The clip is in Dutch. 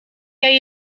jij